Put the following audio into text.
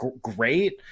great